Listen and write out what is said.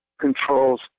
controls